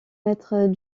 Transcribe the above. maîtres